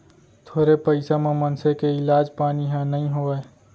थोरे पइसा म मनसे के इलाज पानी ह नइ होवय